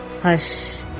Hush